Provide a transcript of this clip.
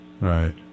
right